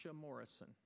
Morrison